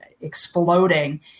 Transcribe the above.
exploding